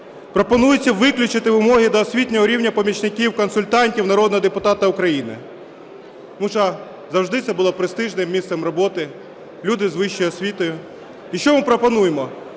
пропонується виключити вимоги до освітнього рівня помічників-консультантів народного депутата України. Тому що завжди це було престижним місцем роботи, люди з вищою освітою. І що ми пропонуємо?